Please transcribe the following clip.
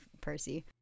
Percy